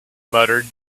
muttered